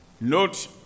Note